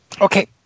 Okay